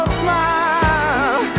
smile